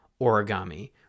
origami